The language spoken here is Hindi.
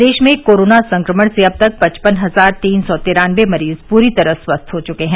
प्रदेश में कोरोना संक्रमण से अब तक पचपन हजार तीन सौ तिरानबे मरीज पूरी तरह स्वस्थ हो चुके हैं